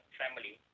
family